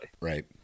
Right